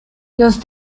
los